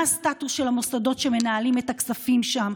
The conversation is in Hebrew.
מה הסטטוס של המוסדות שמנהלים את הכספים שם?